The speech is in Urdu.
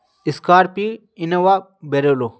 Scorpio Innova بیرولو